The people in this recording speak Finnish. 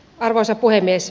arvoisa puhemies